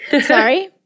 Sorry